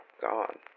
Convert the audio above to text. gone